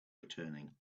returning